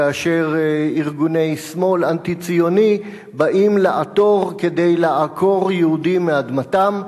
כאשר ארגוני שמאל אנטי-ציוני באים לעתור כדי לעקור יהודים מאדמתם.